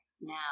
now